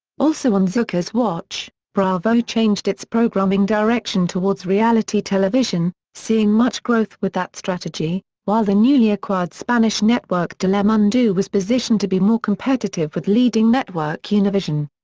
also on zucker's watch, bravo changed its programming direction towards reality television, seeing much growth with that strategy, while the newly acquired spanish network telemundo was positioned to be more competitive with leading network univision.